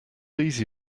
easy